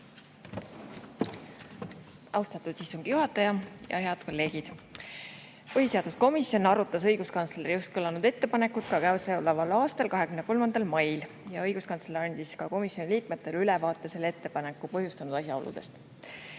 Austatud istungi juhataja! Head kolleegid! Põhiseaduskomisjon arutas õiguskantsleri just kõlanud ettepanekut ka käesoleval aastal 23. mail ja õiguskantsler andis komisjoni liikmetele ülevaate selle ettepaneku põhjustanud asjaoludest.